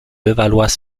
levallois